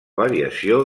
variació